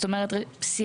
זאת אומרת סיעה,